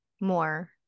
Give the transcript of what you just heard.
more